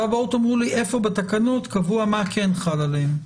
עכשיו בואו תאמרו לי איפה בתקנות קבוע מה כן חל עליהם?